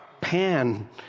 pan